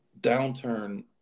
downturn